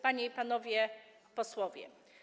Panie i Panowie Posłowie!